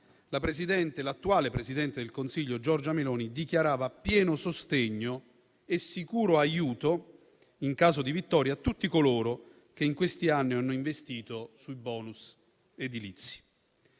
l'attuale presidente del Consiglio Giorgia Meloni dichiarava pieno sostegno e sicuro aiuto, in caso di vittoria, a tutti coloro che in questi anni hanno investito sui bonus edilizi,